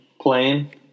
playing